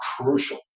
crucial